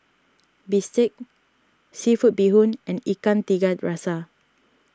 Bistake Seafood Bee Hoon and Ikan Tiga Rasa